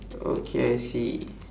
okay I see